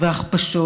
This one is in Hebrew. והכפשות